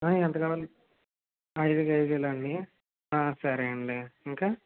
ఎంత కావాలి అయిదు కేజీల అండి సరే అండి ఇంకా